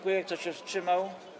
Kto się wstrzymał?